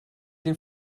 den